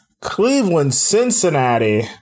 Cleveland-Cincinnati